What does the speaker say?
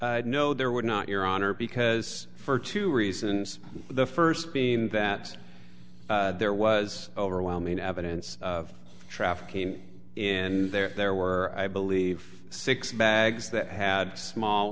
no there would not your honor because for two reasons the first being that there was overwhelming evidence of trafficking and there were i believe six bags that had small